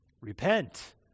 Repent